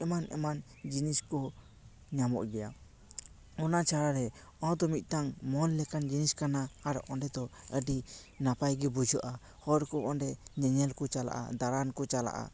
ᱮᱢᱟᱱ ᱮᱢᱟᱱ ᱡᱤᱱᱤᱥ ᱠᱚ ᱧᱟᱢᱚᱜ ᱜᱮᱭᱟ ᱚᱱᱟ ᱪᱷᱟᱲᱟ ᱨᱮ ᱚᱱᱮ ᱛᱚ ᱢᱤᱫᱴᱟᱝ ᱢᱚᱞ ᱞᱮᱠᱟᱱ ᱡᱤᱱᱤᱥ ᱠᱟᱱᱟ ᱟᱨ ᱚᱸᱰᱮ ᱫᱚ ᱟᱹᱰᱤ ᱱᱟᱯᱟᱭ ᱜᱮ ᱵᱩᱡᱷᱟᱹᱜᱼᱟ ᱦᱚᱲ ᱠᱚ ᱚᱸᱰᱮ ᱧᱮᱧᱮᱞ ᱠᱚ ᱪᱟᱞᱟᱜᱼᱟ ᱫᱟᱬᱟᱱ ᱠᱚ ᱪᱟᱞᱟᱜᱼᱟ